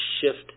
shift